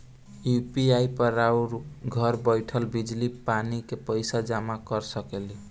UPI पर रउआ घर बईठल बिजली, पानी के पइसा जामा कर सकेनी